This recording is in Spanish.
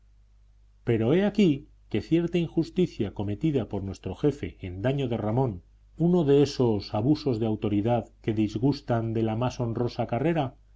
pero he aquí que cierta injusticia cometida por nuestro jefe en daño de ramón uno de esos abusos de autoridad que disgustan de la más honrosa carrera